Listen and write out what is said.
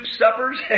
suppers